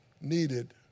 needed